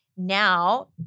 Now